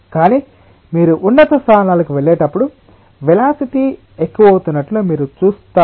కానీ మీరు ఉన్నత స్థానాలకు వెళ్ళేటప్పుడు వేలాసిటి ఎక్కువవుతున్నట్లు మీరు చూస్తారు